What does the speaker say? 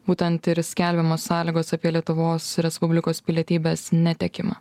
būtent ir skelbiamos sąlygos apie lietuvos respublikos pilietybės netekimą